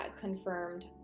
confirmed